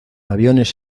aviones